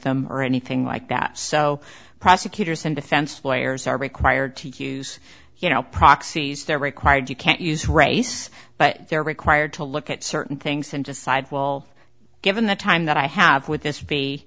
them or anything like that so prosecutors and defense lawyers are required to use you know proxies they're required you can't use race but they're required to look at certain things and just sidewall given the time that i have with this